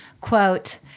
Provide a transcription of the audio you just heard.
Quote